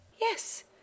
Yes